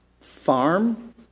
farm